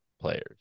players